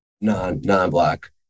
non-non-black